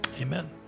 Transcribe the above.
amen